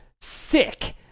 sick